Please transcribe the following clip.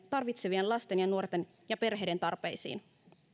tarvitsevien lasten ja nuorten ja perheiden tarpeisiin